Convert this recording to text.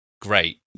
great